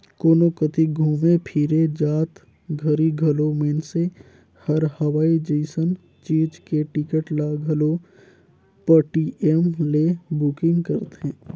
कोनो कति घुमे फिरे जात घरी घलो मइनसे हर हवाई जइसन चीच के टिकट ल घलो पटीएम ले बुकिग करथे